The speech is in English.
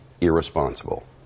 irresponsible